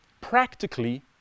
practically